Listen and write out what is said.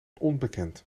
onbekend